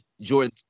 Jordan